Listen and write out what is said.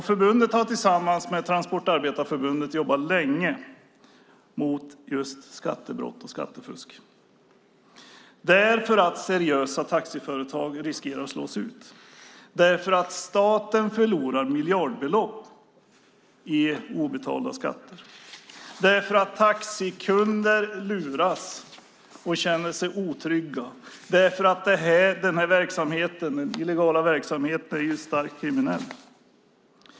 Taxiförbundet har tillsammans med Transportarbetareförbundet länge jobbat mot just skattebrott och skattefusk därför att seriösa taxiföretag riskerar att slås ut, därför att staten förlorar miljardbelopp i form av obetalda skatter, därför att taxikunder blir lurade och känner sig otrygga och därför att denna illegala verksamhet är starkt kriminell.